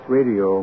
Radio